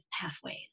pathways